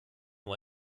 nur